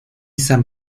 san